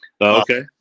Okay